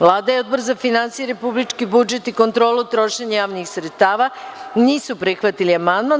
Vlada i Odbor za finansije, republički budžet i kontrolu trošenja javnih sredstava nisu prihvatili amandman.